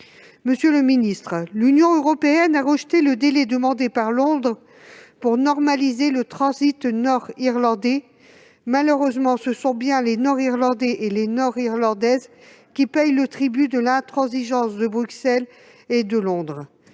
Monsieur le secrétaire d'État, l'Union européenne a rejeté le délai demandé par Londres pour normaliser le transit nord-irlandais. Malheureusement, ce sont bien les Nord-Irlandais et les Nord-Irlandaises qui payent le tribut de l'intransigeance de Bruxelles et de Londres.